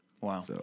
Wow